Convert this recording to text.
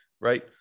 right